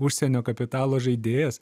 užsienio kapitalo žaidėjas